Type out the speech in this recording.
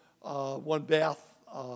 one-bath